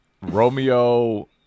Romeo